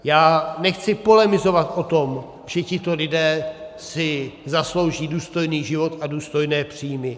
Já nechci polemizovat o tom, že tito lidé si zaslouží důstojný život a důstojné příjmy.